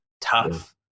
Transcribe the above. tough